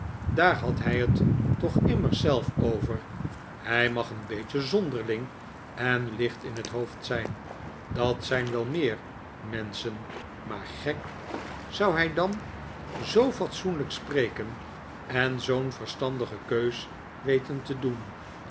daar had hij het toch immers zelf over hij mag een beetje zonderling en licht in het hoofd zijn dat zijn wel meer menschen maar gek zou hij dan zoo fatsoenlijk spreken en zoo'n verstandige keus weten te doen